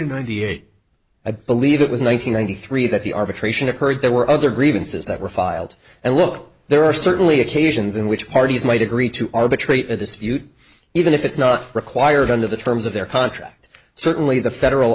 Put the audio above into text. ninety eight i believe it was one thousand nine hundred three that the arbitration occurred there were other grievances that were filed and look there are certainly occasions in which parties might agree to arbitrate a dispute even if it's not required under the terms of their contract certainly the federal